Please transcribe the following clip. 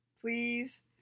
please